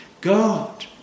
God